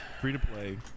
Free-to-play